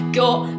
got